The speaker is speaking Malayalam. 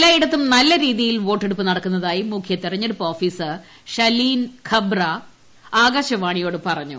എല്ലായിടത്തും നല്ല രീതിയിൽ വോട്ടെടുപ്പ് നടക്കുന്നതായി മുഖ്യ തെരഞ്ഞെടുപ്പ് ഓഫീസർ ഷലീൻ ഖബ്ര ആക്രാശ്വാണിയോട് പറഞ്ഞു